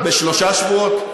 אף אחד, בשלושה שבועות.